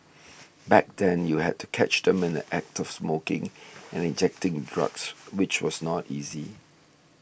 back then you have to catch them in the Act of smoking and injecting the drugs which was not easy